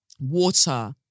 water